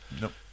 Nope